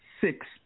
six